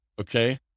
Okay